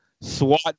Swat